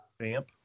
vamp